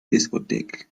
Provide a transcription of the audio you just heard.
discotheque